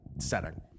setting